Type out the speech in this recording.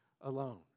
alone